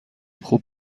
خوب